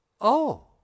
Oh